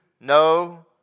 no